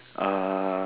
uh